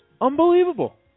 Unbelievable